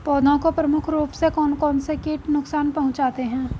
पौधों को प्रमुख रूप से कौन कौन से कीट नुकसान पहुंचाते हैं?